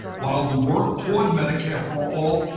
while we work toward medicare for all,